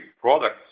products